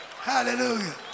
hallelujah